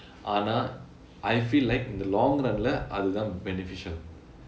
ஆனால்:aanal I feel like இந்த:intha long run leh அதுதான்:athuthaan beneficial